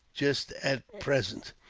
just at present.